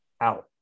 out